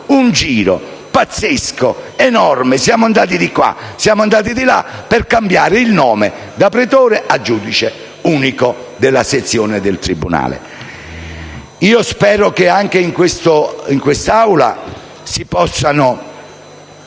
un giro pazzesco, enorme, andando di qua e di là per cambiare il nome da pretore a giudice unico della sezione del tribunale. Spero che anche in questa Aula si possano